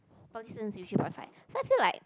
poly students with three point five so I feel like